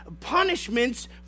punishments